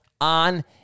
on